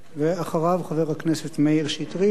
ואחריו, חבר הכנסת מאיר שטרית,